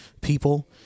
people